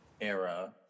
era